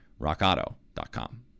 rockauto.com